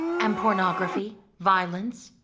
and pornography, violence,